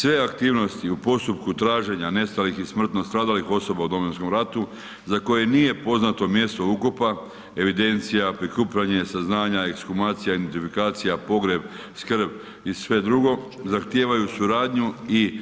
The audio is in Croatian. Sve aktivnosti u postupku traženja nestalih i smrtno stradalih osoba u Domovinskom ratu, za koje nije poznato mjesto ukopa, evidencija, prikupljanje saznanja, ekshumacija, identifikacija, pogreb, skrb i sve drugo zahtijevaju suradnju i